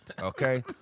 okay